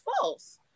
false